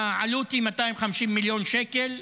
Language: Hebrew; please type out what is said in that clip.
העלות היא 250 מיליון שקל,